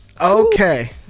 Okay